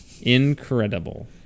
Incredible